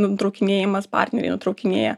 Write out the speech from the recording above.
nutraukinėjimas partneriai nutraukinėja